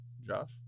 josh